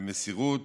במסירות,